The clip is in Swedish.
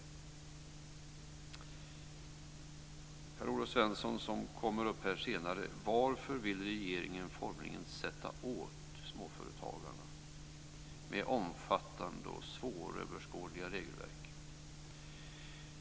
Till Per-Olof Svensson, som kommer upp senare: Varför vill regeringen formligen sätta åt småföretagarna med omfattande och svåröverskådliga regelverk?